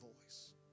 voice